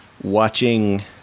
watching